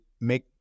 make